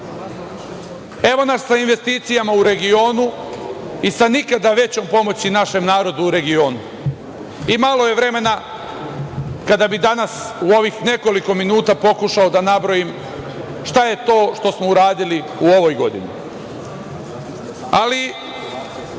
Evo nas sa investicijama u regionu i sa nikada većom pomoći našem narodu u regionu. Malo je vremena kada bi danas u ovih nekoliko minuta pokušao da nabrojim šta je to što smo uradili u ovoj godini, ali